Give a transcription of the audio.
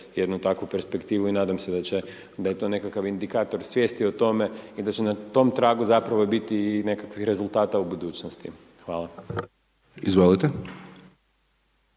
jednu takvu perspektivu i nadam se da će, da je to nekakav indikator svijesti o tome i da će na tom tragu zapravo i biti i nekakvih rezultata u budućnosti. Hvala. **Hajdaš